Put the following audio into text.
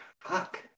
fuck